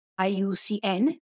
IUCN